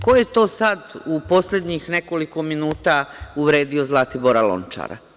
Ko je to sad u poslednjih nekoliko minuta uvredio Zlatibora Lončara?